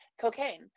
cocaine